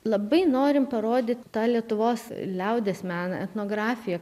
labai norie parodyt tą lietuvos liaudies meną etnografiją